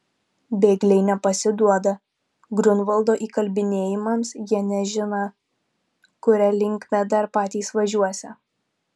bėgliai nepasiduoda griunvaldo įkalbinėjimams jie nežiną kuria linkme dar patys važiuosią